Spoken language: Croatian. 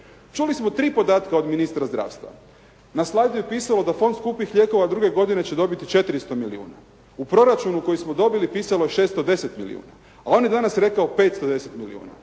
Čuli smo tri podatka od ministra zdravstva. Na slajdu je pisalo da fond skupih lijekova druge godine će dobiti 400 milijuna. U proračunu koji smo dobili pisalo je 610 milijuna, a on je danas rekao 510 milijuna.